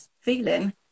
feeling